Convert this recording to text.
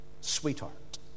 sweetheart